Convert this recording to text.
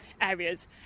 areas